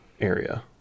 area